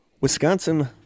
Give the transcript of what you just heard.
Wisconsin